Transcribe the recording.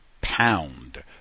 pound